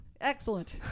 Excellent